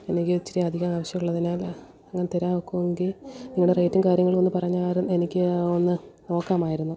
എനിക്ക് ഇച്ചിരി അധികം ആവശ്യമുള്ളതിനാൽ അങ്ങനെ തരാൻ ഒക്കുമെങ്കിൽ നിങ്ങളുടെ റേയ്റ്റും കാര്യങ്ങളും ഒന്ന് പറഞ്ഞാൽ ഒരു എനിക്ക് ഒന്ന് നോക്കാമായിരുന്നു